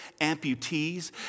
amputees